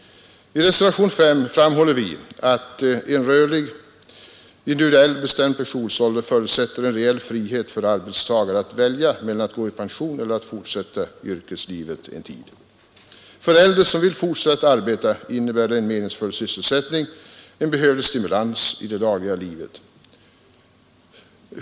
I reservationen V framhåller vi att en rörlig, individuellt bestämd pensionsålder förutsätter en reell frihet för arbetstagare att välja mellan att gå i pension och att fortsätta i yrkeslivet en tid. För äldre som vill fortsätta att arbeta innebär en meningsfull sysselsättning en behövlig stimulans i det dagliga livet.